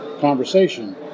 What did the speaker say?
conversation